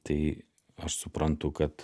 tai aš suprantu kad